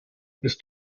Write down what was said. ist